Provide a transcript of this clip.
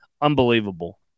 unbelievable